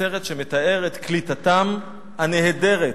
הסרט שמתאר את קליטתם הנהדרת,